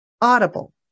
Audible